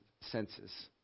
senses